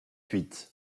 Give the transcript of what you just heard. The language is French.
huit